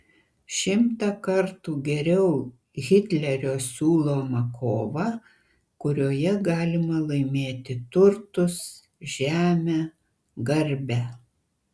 šimtą kartų geriau hitlerio siūloma kova kurioje galima laimėti turtus žemę garbę